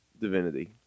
divinity